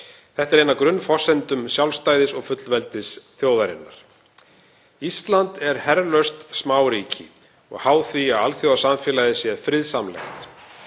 Þetta er ein af grunnforsendum sjálfstæðis og fullveldis þjóðarinnar. Ísland er herlaust smáríki og háð því að alþjóðasamfélagið sé friðsamlegt.